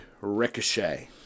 Ricochet